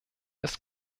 ist